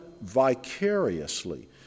vicariously